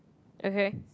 okay